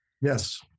Yes